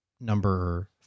number